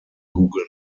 google